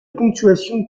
ponctuation